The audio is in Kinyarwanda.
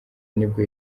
nibwo